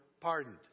pardoned